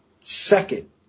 second